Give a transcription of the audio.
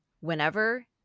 whenever